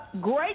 Great